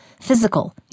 physical